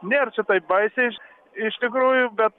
nėr taip baisiai iš iš tikrųjų bet